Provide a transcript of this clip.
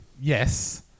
yes